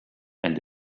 and